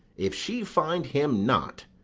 if she find him not,